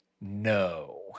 No